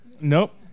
Nope